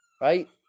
right